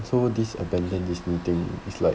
so these abandoned this new thing is like